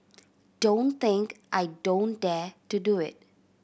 don't think I don't dare to do it